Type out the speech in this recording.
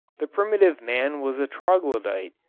the primitive man was a troglodyte.